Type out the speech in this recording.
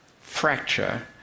fracture